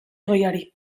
goiari